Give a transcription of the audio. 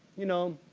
you know,